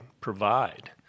provide